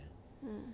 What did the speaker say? mm